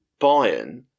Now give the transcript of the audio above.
Bayern